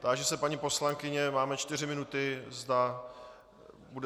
Táži se paní poslankyně, máme čtyři minuty, zda bude...